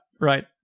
Right